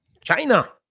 China